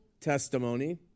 testimony